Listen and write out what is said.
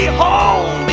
home